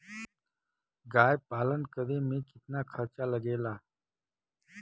गाय पालन करे में कितना खर्चा लगेला?